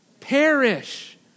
perish